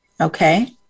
Okay